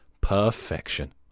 Perfection